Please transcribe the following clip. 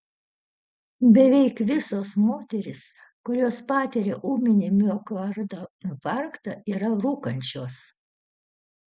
beveik visos moterys kurios patiria ūminį miokardo infarktą yra rūkančios